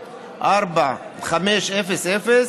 6.4500,